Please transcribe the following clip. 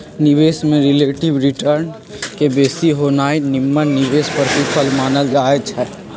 निवेश में relative return के बेशी होनाइ निम्मन निवेश प्रतिफल मानल जाइ छइ